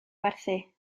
werthu